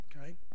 Okay